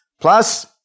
Plus